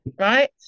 Right